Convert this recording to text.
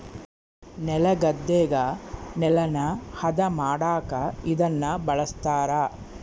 ನೆಲಗದ್ದೆಗ ನೆಲನ ಹದ ಮಾಡಕ ಇದನ್ನ ಬಳಸ್ತಾರ